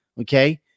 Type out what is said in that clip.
Okay